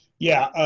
yeah,